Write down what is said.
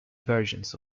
versions